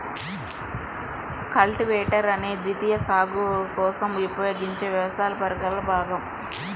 cultivator అనేది ద్వితీయ సాగు కోసం ఉపయోగించే వ్యవసాయ పరికరాల భాగం